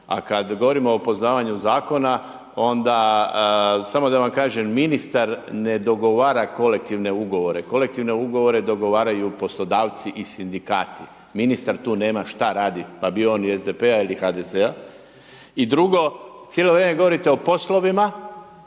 A kada govorimo o upoznavanju zakona onda samo da vam kažem, ministar ne dogovara kolektivne ugovore. Kolektivne ugovore dogovaraju poslodavci i sindikati. Ministar tu nema šta raditi pa bio on iz SDP-a ili HDZ-a. I drugo, cijelo vrijeme govorite o poslovima